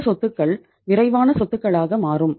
இந்த சொத்துக்கள் விரைவான சொத்துகளாக மாறும்